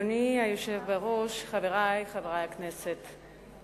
אדוני היושב-ראש, חברי חברי הכנסת,